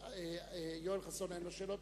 ליואל חסון אין שאלות.